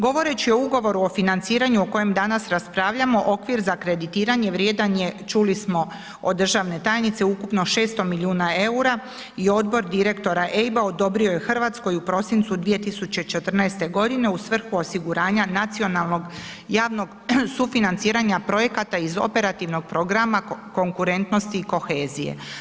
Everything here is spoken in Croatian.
Govoreći o ugovoru o financiranju o kojem danas raspravljamo okvir za kreditiranje vrijedan je čuli smo od državne tajnice ukupno 600 milijuna eura i Odbor direktora EIB-a odobrio je Hrvatskoj u prosincu 2014. godine u svrhu osiguranja nacionalnog javnog sufinanciranja projekata iz operativnog programa konkurentnosti i kohezije.